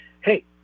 hey